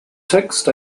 text